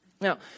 now